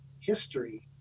history